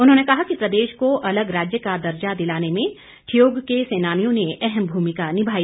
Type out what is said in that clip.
उन्होंने कहा कि प्रदेश को अलग राज्य का दर्जा दिलाने में ठियोग के सेनानियों ने अहम भूमिका निभाई